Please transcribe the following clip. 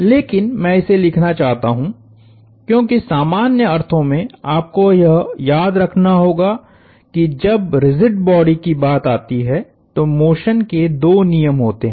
लेकिन मैं इसे लिखना चाहता हूं क्योंकि सामान्य अर्थों में आपको यह याद रखना होगा कि जब रिजिड बॉडी की बात आती है तो मोशन के दो नियम होते हैं